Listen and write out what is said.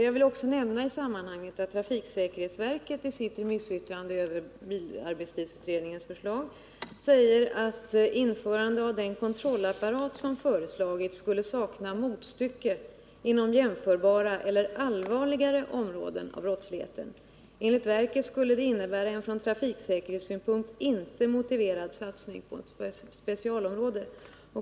Jag vill också nämna i sammanhanget att trafiksäkerhetsverket i sitt remissyttrande över bilarbetstidsutredningens förslag säger att införande av den kontrollapparat som föreslagits skulle sakna motstycke inom jämförbara eller allvarligare områden av brottsligheten. Enligt verket skulle detta innebära en från trafiksäkerhetssynpunkt inte motiverad satsning på ett specialområde.